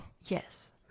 Yes